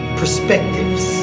perspectives